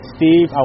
Steve